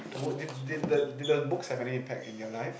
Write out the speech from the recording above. would did did the did the books have any impact in your life